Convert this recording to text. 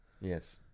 Yes